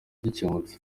gikemutse